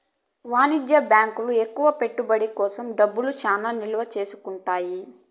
వాణిజ్య బ్యాంకులు ఎక్కువ పెట్టుబడి కోసం డబ్బులు చానా నిల్వ చేసుకుంటాయి